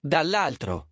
Dall'altro